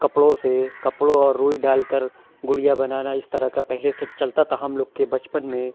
کپڑوں سے کپڑوں اور روئی ڈال کر گڑیا بنانا اِس طرح کا پہلے سے چلتا تھا ہم لوگ کے بچپن میں